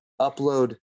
upload